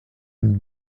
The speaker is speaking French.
une